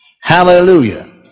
Hallelujah